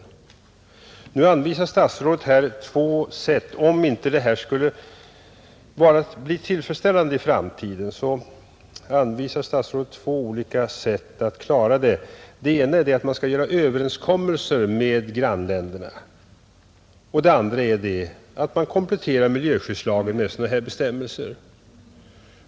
Om situationen inte skulle bli tillfredsställande i framtiden anvisar statsrådet två olika sätt att klara den, Det ena är att man gör överenskommelser med grannländerna och det andra är att man kompletterar miljöskyddslagen med nya bestämmelser.